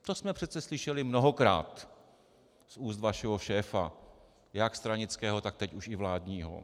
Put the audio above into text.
To jsme přece slyšeli mnohokrát z úst vašeho šéfa, jak stranického, tak teď už i vládního.